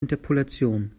interpolation